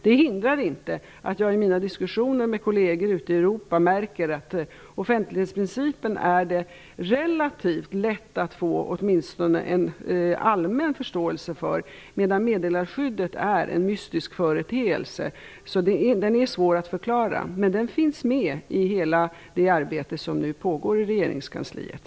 Det hindrar inte att jag i mina diskussioner med kolleger ute i Europa märker att det är relativt lätt att få åtminstone en allmän förståelse för offentlighetsprincipen. Däremot är meddelarskyddet en mystisk företeelse som är svår att förklara, men detta finns med i hela det arbete som nu pågår i regeringskansliet.